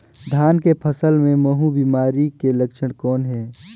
धान के फसल मे महू बिमारी के लक्षण कौन हे?